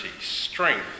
strength